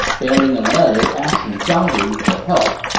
bearing a letter asking zhang lu for help.